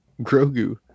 Grogu